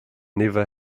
never